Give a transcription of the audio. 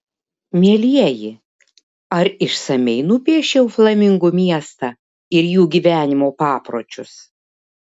mielieji ar išsamiai nupiešiau flamingų miestą ir jų gyvenimo papročius